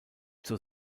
zur